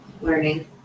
Learning